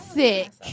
sick